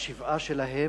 בשבעה שלהם,